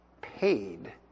paid